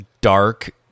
dark